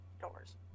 doors